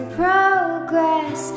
progress